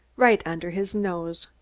right under his nose!